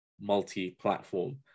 multi-platform